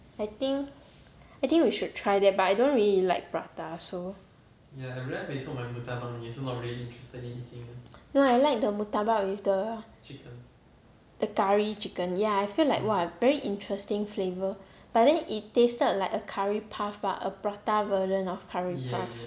I think we should try that but I don't really like prata so no I like the murtabak with the the curry chicken ya I feel like !wah! very interesting flavour but then it tasted like a curry puff but a prata version of curry puff